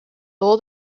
law